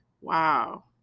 wow